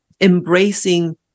embracing